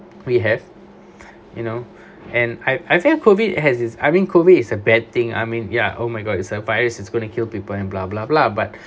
we have you know and I I feel COVID had I mean COVID is a bad thing I mean ya oh my god it's a virus it's gonna kill people and blah blah blah but